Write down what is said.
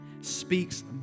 speaks